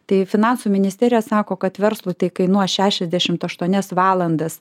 tai finansų ministerija sako kad verslui tai kainuos šešiasdešimt aštuonias valandas